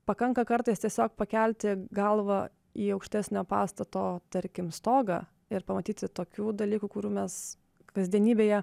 pakanka kartais tiesiog pakelti galvą į aukštesnio pastato tarkim stogą ir pamatyti tokių dalykų kurių mes kasdienybėje